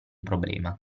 problema